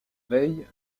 veille